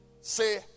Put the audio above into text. Say